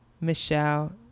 Michelle